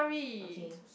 okay